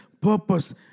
purpose